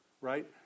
right